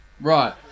Right